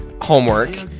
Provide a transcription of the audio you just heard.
homework